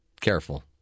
careful